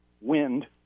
Wind